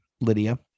Lydia